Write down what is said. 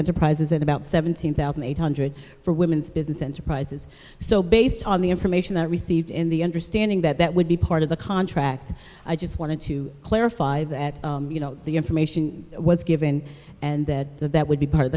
enterprises and about seventeen thousand eight hundred for women's business enterprises so based on the information that received in the understanding that that would be part of the contract i just wanted to clarify that you know the information was given and that the that would be part of